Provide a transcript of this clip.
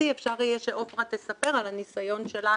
אפשר יהיה שעופרה תספר על הניסיון שלה